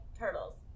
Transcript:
turtles